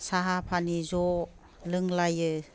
साहा पानि ज' लोंलायो